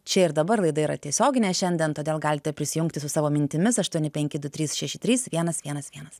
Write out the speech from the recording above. čia ir dabar laida yra tiesioginė šiandien todėl galite prisijungti su savo mintimis aštuoni penki du trys šeši trys vienas vienas vienas